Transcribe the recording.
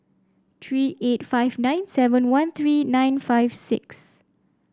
three eight five nine seven one three nine five six